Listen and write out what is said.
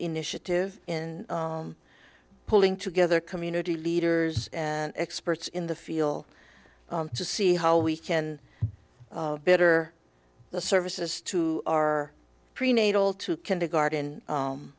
initiative in pulling together community leaders and experts in the feel to see how we can better the services to our prenatal to kindergarten